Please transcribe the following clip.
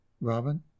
Robin